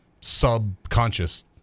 subconscious